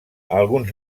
alguns